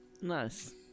Nice